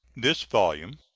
this volume,